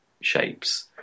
shapes